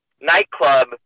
Nightclub